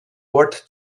ort